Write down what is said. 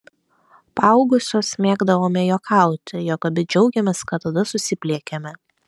paaugusios mėgdavome juokauti jog abi džiaugiamės kad tada susipliekėme